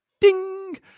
Ding